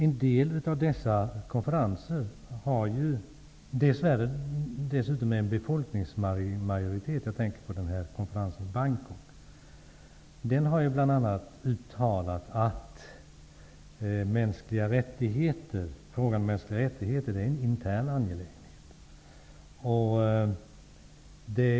En del av dessa konferenser har dessutom representerats av en befolkningsmajoritet -- jag tänker på konferensen i Bangkok. Där uttalade man att frågan om mänskliga rättigheter är en intern angelägenhet.